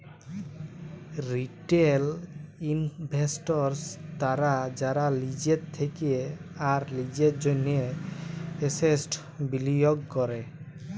retail investors তারা যারা লিজের থেক্যে আর লিজের জন্হে এসেটস বিলিয়গ ক্যরে